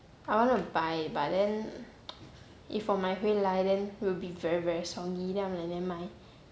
I want to buy but then if 我买回来 then will be very very soggy then I'm like nevermind